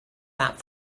that